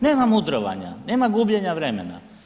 Nema mudrovanja, nema gubljenja vremena.